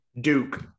Duke